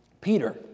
Peter